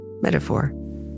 metaphor